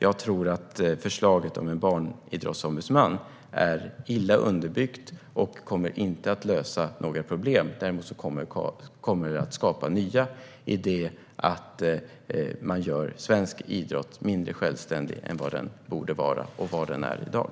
Jag tror att förslaget om en barnidrottsombudsman är illa underbyggt och inte kommer att lösa några problem. Däremot kommer det att skapa nya genom att göra svensk idrott mindre självständig än vad den borde vara och vad den är i dag.